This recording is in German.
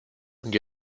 und